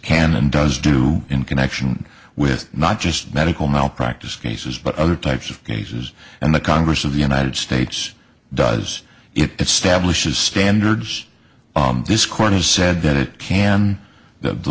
can and does do in connection with not just medical malpractise cases but other types of cases and the congress of the united states does it stablish is standards this court has said that it can the